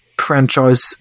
franchise